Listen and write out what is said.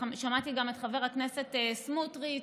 שמעתי גם את חבר הכנסת סמוטריץ',